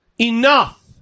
enough